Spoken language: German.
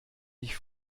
ich